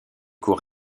cour